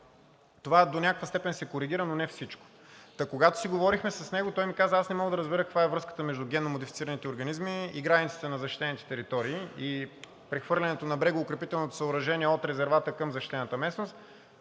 Това до някаква степен се коригира, но не всичко. Та когато си говорихме с него, той ми каза: „Аз не мога да разбера каква е връзката между генномодифицираните организми и границите на защитените територии, и прехвърлянето на брегоукрепителните съоръжения от резервата към защитената местност,